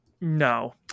No